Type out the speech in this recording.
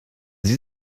sie